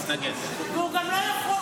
להתנגד, לא להסתייג.